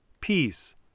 peace